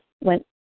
Went